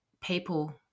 people